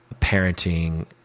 parenting